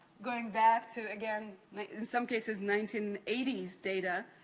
going back to, again in some cases, nineteen eighty s data.